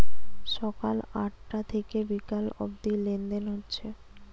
সকাল আটটা থিকে বিকাল অব্দি লেনদেন হচ্ছে